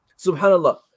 SubhanAllah